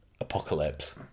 Apocalypse